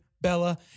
Bella